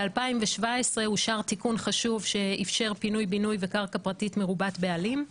ב-2017 אושר תיקון חשוב שאפשר פנוי-בינוי וקרקע פרטית מרובת בעלים.